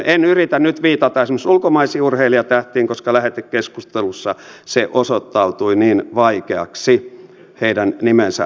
en yritä nyt viitata esimerkiksi ulkomaisiin urheilijatähtiin koska lähetekeskustelussa se osoittautui niin vaikeaksi heidän nimensä lausuminen